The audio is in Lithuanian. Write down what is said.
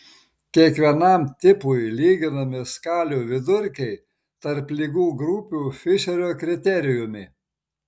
kiekvienam tipui lyginami skalių vidurkiai tarp ligų grupių fišerio kriterijumi